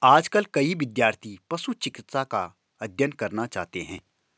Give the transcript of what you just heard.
आजकल कई विद्यार्थी पशु चिकित्सा का अध्ययन करना चाहते हैं